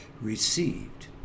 received